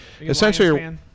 essentially